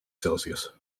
celsius